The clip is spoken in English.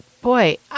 Boy